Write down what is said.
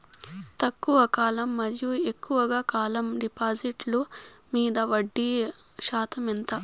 తక్కువ కాలం మరియు ఎక్కువగా కాలం డిపాజిట్లు మీద వడ్డీ శాతం ఎంత?